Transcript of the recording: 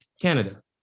Canada